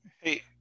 Hey